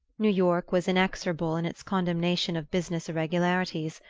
new york was inexorable in its condemnation of business irregularities.